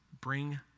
bring